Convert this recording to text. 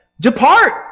Depart